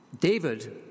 David